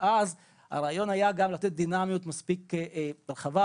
הרעיון היה גם לתת דינמיות מספיק רחבה